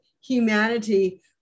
humanity